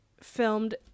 filmed